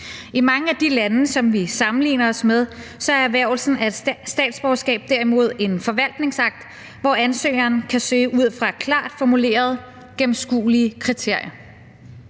I mange af de lande, som vi sammenligner os med, er erhvervelsen af et statsborgerskab derimod en forvaltningsakt, hvor ansøgeren kan søge ud fra klart formulerede, gennemskuelige kriterier.